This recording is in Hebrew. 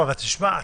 שמי גלעד,